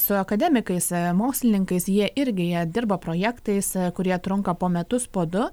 su akademikais mokslininkais jie irgi jie dirba projektais kurie trunka po metus po du